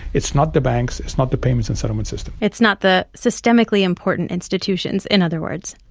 it's not the banks. it's not the payments and settlement system. it's not the systemically important institutions, in other words.